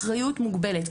האחריות היא אחריות מוגבלת,